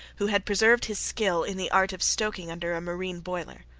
who had preserved his skill in the art of stoking under a marine boiler.